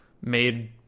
made